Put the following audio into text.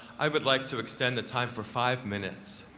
i would like to extent the time for five minutes.